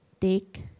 take